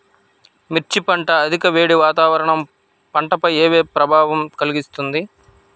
మిర్చి పంట అధిక వేడి వాతావరణం పంటపై ఏ ప్రభావం కలిగిస్తుంది?